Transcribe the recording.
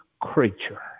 creature